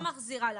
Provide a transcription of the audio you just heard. אני לא מחזירה לה.